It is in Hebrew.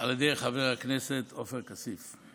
על ידי חבר הכנסת עופר כסיף,